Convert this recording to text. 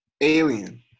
alien